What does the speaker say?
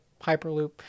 Hyperloop